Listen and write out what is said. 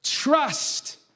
Trust